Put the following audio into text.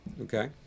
Okay